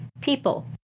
People